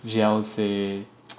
G_L say